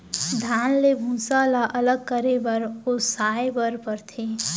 धान ले भूसा ल अलग करे बर ओसाए बर परथे